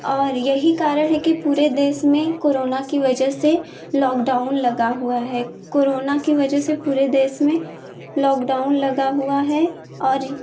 और यही कारण है कि पूरे देश में कोरोना कि वजह से लॉकडाउन लगा हुआ है कोरोना कि वजह से पूरे देश में लॉकडाउन लगा हुआ है और